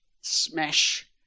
smash